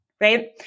right